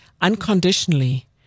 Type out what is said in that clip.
unconditionally